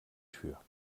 tür